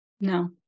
No